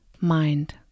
mind